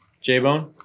J-Bone